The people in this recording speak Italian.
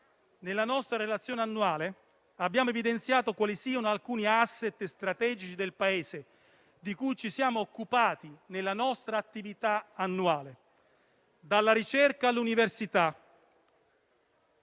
Nella nostra relazione annuale abbiamo evidenziato quali siano alcuni *asset* strategici del Paese di cui ci siamo occupati nella nostra attività annuale: dalla ricerca all'università,